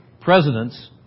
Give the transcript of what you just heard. presidents